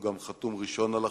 שגם חתום ראשון על החוק.